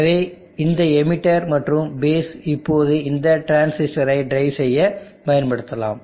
எனவே இந்த எமிட்டர் மற்றும் பேஸ் இப்போது இந்த டிரான்சிஸ்டரை டிரைவ் செய்ய பயன்படுத்தலாம்